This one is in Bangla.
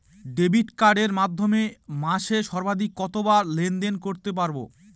ডেবিট কার্ডের মাধ্যমে মাসে সর্বাধিক কতবার লেনদেন করতে পারবো?